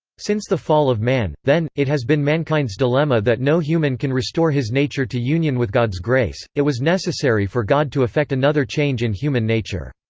since the fall of man, then, it has been mankind's dilemma that no human can restore his nature to union with god's grace it was necessary for god to effect another change in human nature.